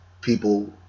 people